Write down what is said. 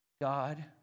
God